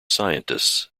scientists